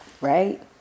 right